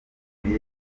zombi